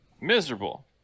miserable